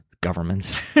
governments